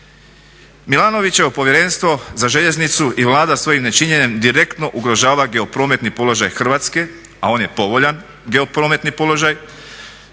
Milanovićevo povjerenstvo za željeznicu i Vlada svojim nečinjenjem direktno ugrožava geoprometni položaj Hrvatske, a on je povoljan geoprometni položaj.